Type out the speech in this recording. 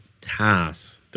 tasks